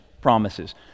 promises